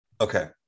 Okay